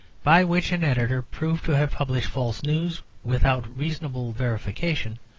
by which an editor, proved to have published false news without reasonable verification,